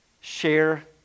share